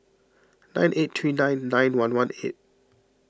nine eight three nine nine one one eight